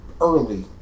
Early